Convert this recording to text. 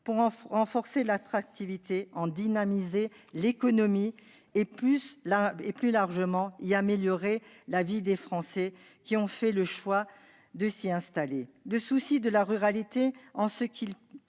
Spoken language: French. pour en développer l'attractivité, en dynamiser l'économie et, plus largement, y améliorer la vie des Français qui ont fait le choix de s'y installer. Le souci de la ruralité participe